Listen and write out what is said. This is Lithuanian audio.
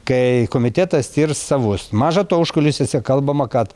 kai komitetas tirs savus maža to užkulisiuose kalbama kad